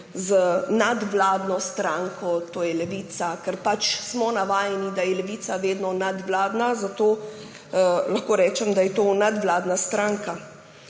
z nadvladno stranko, to je Levico. Ker smo pač navajeni, da je Levica vedno nadvladna, tako da lahko rečem, da je to nadvladna stranka.